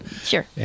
Sure